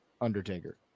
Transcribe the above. Undertaker